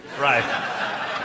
Right